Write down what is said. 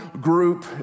group